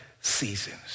seasons